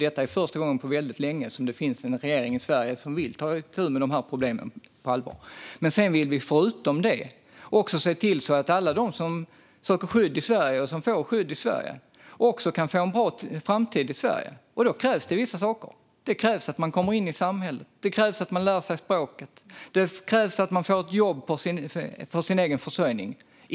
Detta är första gången på väldigt länge som det finns en regering i Sverige som på allvar vill ta itu med dessa problem. Förutom det vill vi se till att alla de som söker skydd i Sverige och som får skydd i Sverige kan få en bra framtid här. Då krävs det vissa saker. Det krävs att man kommer in i samhället, att man lär sig språket och att man får ett jobb för sin egen försörjning.